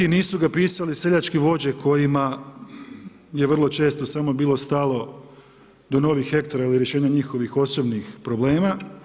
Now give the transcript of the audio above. Nisu ga pisale seljačke vođe, kojima je vrlo često samo bilo stalo do novih hektara ili rješenja njihovih osobnih problema.